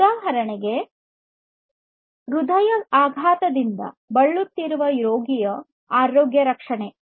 ಉದಾಹರಣೆಗೆ ಹೃದಯಾಘಾತದಿಂದ ಬಳಲುತ್ತಿರುವ ರೋಗಿಯ ಆರೋಗ್ಯ ರಕ್ಷಣೆ